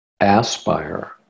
aspire